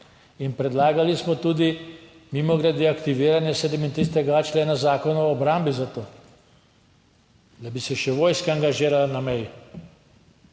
in predlagali smo tudi mimogrede aktiviranje 37.a člena Zakona o obrambi zato, da bi se še vojska angažirala na meji.